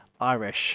irish